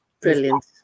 Brilliant